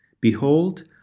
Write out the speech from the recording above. Behold